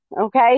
Okay